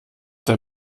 der